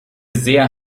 sehr